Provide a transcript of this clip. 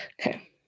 okay